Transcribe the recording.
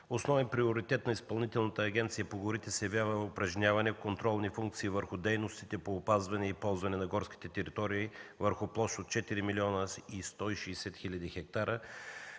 основен приоритет на Изпълнителна агенция по горите се явява упражняване на контролни функции върху дейностите по опазване и ползване на горските територии върху площ от 4 млн. 160 хил. хектара,